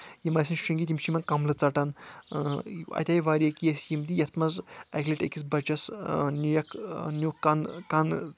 یِم آسان شینگِتھ یِم چھِ یِمَن کملہٕ ژٹان اَتہِ آیہِ واریاہ کیس یِم تہِ یَتھ منٛز اکہِ لٹہِ أکِس بچس نیکھ نیُکھ کَن کَن